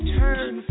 turn